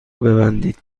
ببندید